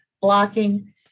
blocking